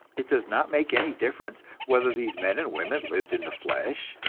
it does not make any difference whether these men and women lived in the flesh,